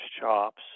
chops